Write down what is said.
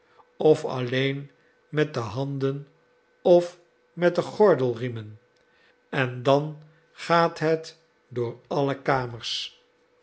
of alleen met de handen of met de gordelriemen en dan gaat het door alle kamers